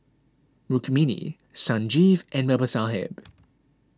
Rukmini Sanjeev and Babasaheb